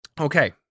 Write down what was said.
Okay